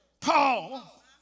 Paul